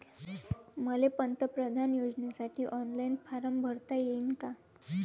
मले पंतप्रधान योजनेसाठी ऑनलाईन फारम भरता येईन का?